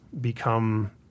become